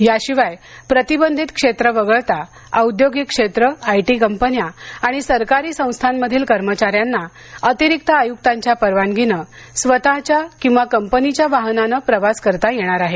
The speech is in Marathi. याशिवाय प्रतिबंधित क्षेत्र वगळता औद्योगिक क्षेत्र आयटी कंपन्या आणि सरकारी संस्थामधील कर्मचाऱ्यांना अतिरिक्त आय्क्तांच्या परवानगीने स्वतच्या किंवा कंपनीच्या वाहनाने प्रवास करता येणार आहे